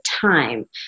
time